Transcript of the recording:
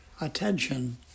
attention